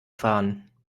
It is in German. fahren